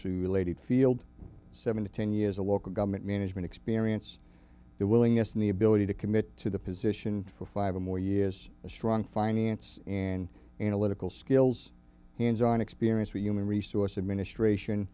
closely related field seven to ten years a local government management experience the willingness and the ability to commit to the position for five or more years a strong finance an analytical skills hands on experience with human resource administration